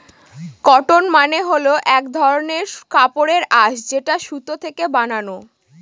cotton মানে হল এক ধরনের কাপড়ের আঁশ যেটা সুতো থেকে বানানো